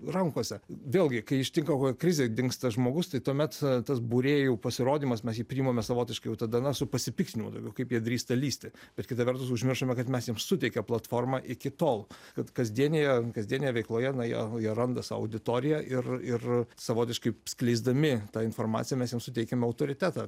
rankose vėlgi kai ištinka kokia krizė dingsta žmogus tai tuomet tas būrėjų pasirodymas mes jį priimame savotiškai jau tada na su pasipiktinimu daugiau kaip jie drįsta lįsti bet kita vertus užmiršome kad mes jiems suteikia platformą iki tol kad kasdienėje kasdienėje veikloje na jie na jie randa sau auditoriją ir ir savotiškai skleisdami tą informaciją mes jiems suteikiame autoritetą